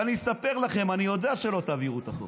ואני אספר לכם, אני יודע שלא תעבירו את החוק.